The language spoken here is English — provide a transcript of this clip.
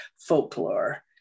folklore